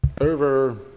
over